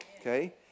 Okay